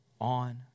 on